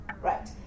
right